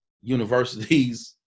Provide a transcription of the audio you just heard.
universities